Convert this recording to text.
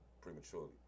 prematurely